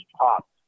popped